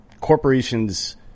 Corporations